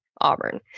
Auburn